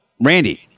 Randy